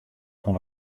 oan